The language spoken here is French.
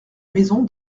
maison